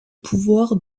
pouvoir